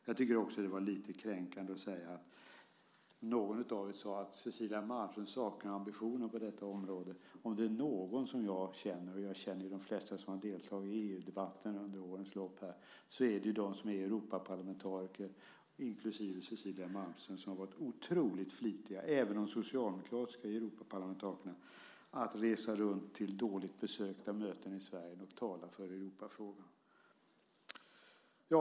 Jag tycker också att det var lite kränkande att säga, som någon av er sade, att Cecilia Malmström saknar ambitioner på detta område. Om det är några som jag känner som har varit oerhört flitiga med att resa runt till dåligt besökta möten i Sverige och tala för Europafrågan - och jag känner de flesta som har deltagit i EU-debatter under årens lopp - är det de som är Europaparlamentariker, inklusive Cecilia Malmström och även de socialdemokratiska Europaparlamentarikerna.